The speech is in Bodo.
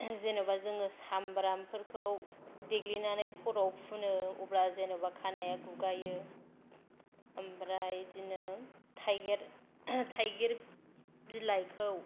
जेन'बा जोङो सामब्राम फोरखौ देग्लिनानै खर'आव फुनो अब्ला जेन'बा खानाया गुगायो ओमफ्राय बिदिनो थाइगेर थाइगिर बिलाइखौ